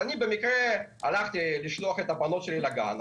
במקרה הלכתי לשלוח את הבנות שלי לגן,